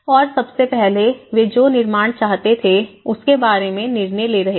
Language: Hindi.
और सबसे पहले वे जो निर्माण चाहते थे उसके बारे में निर्णय ले रहे थे